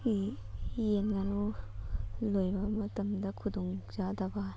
ꯌꯦꯟ ꯉꯥꯅꯨ ꯂꯣꯏꯕ ꯃꯇꯝꯗ ꯈꯨꯗꯣꯡ ꯆꯥꯗꯕ